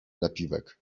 napiwek